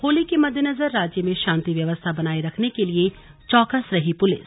होली के मद्देनजर राज्य में शांति व्यवस्था बनाये रखने के लिए चौकस रही पुलिस